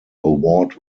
award